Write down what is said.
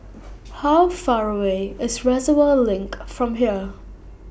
How Far away IS Reservoir LINK from here